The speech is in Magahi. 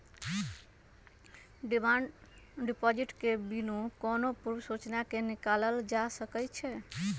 डिमांड डिपॉजिट के बिनु कोनो पूर्व सूचना के निकालल जा सकइ छै